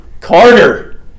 Carter